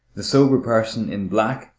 the sober person in black,